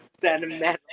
sentimental